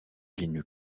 linux